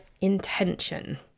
intention